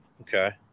Okay